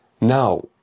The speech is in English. Now